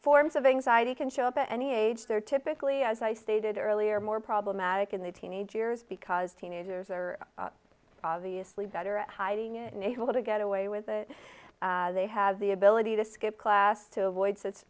forms of anxiety can show up at any age they're typically as i stated earlier more problematic in their teenage years because teenagers are obviously better at hiding it and able to get away with it they have the ability to skip class to avoid s